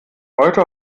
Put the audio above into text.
heute